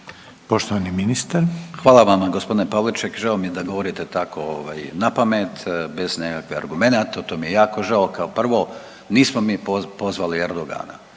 Gordan (HDZ)** Hvala vama gospodine Pavliček, žao mi je da govorite tako ovaj napamet bez nekakvih argumenata to mi je jako žao. Kao prvo nismo mi pozvali Erdogana,